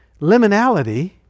Liminality